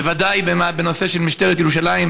בוודאי בנושא של משטרת ירושלים.